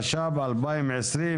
התש"ף-2020,